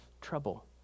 trouble